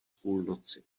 půlnoci